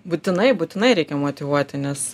būtinai būtinai reikia motyvuoti nes